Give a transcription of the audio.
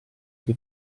che